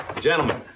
Gentlemen